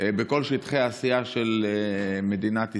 בכל שטחי העשייה של מדינת ישראל.